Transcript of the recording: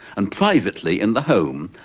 and privately, in the home,